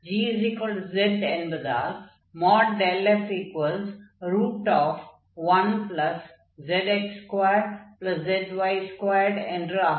gz என்பதால் f1zx2zy2 என்று ஆகும்